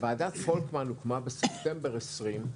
ועדת פולקמן הוקמה בספטמבר 2020,